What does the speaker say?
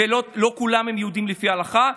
ולא כולם יהודים לפי ההלכה,